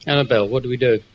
annabel, what do we do?